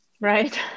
right